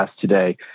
today